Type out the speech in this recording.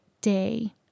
day